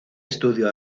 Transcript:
estudio